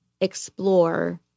explore